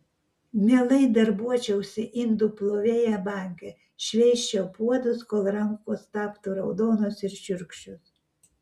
mielai darbuočiausi indų plovėja banke šveisčiau puodus kol rankos taptų raudonos ir šiurkščios